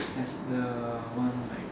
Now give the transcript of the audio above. as the one like